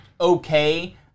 okay